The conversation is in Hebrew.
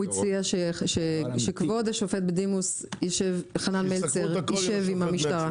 הוא הציע שכבוד השופט בדימוס חנן מלצר יישב עם המשטרה.